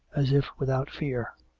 as if without fear.